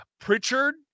Pritchard